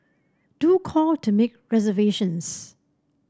do call to make reservations